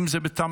אם זה בתמריצים,